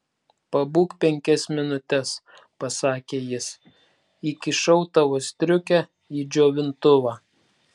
pabūk penkias minutes pasakė jis įkišau tavo striukę į džiovintuvą